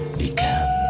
began